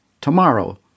tomorrow